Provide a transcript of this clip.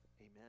Amen